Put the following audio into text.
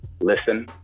listen